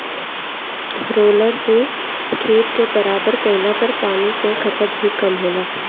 roller से खेत बराबर कइले पर पानी कअ खपत भी कम होला